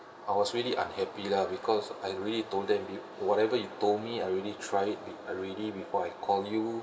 I was really unhappy lah because I really told them you whatever you told me I already try it already before I call you